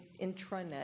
intranet